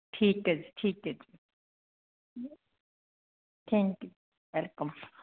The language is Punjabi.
ਠੀਕ ਹੈ ਜੀ ਠੀਕ ਹੈ ਜੀ ਥੈਂਕ ਯੂ ਵੈਲਕਮ